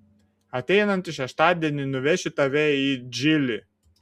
ateinantį šeštadienį nuvešiu tave į džilį